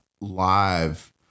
live